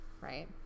right